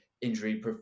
injury